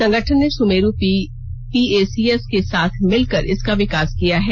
संगठन ने सुमेरू पीएसीएस के साथ मिलकर इसका विकास किया है